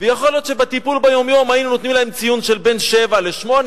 ויכול להיות שבטיפול ביום-יום היינו נותנים להם ציון שבין 7 ל-8,